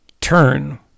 turn